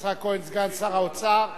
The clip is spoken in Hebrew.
יצחק כהן, סגן שר האוצר.